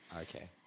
Okay